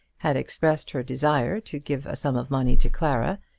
had expressed her desire to give a sum of money to clara,